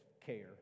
care